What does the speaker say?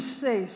say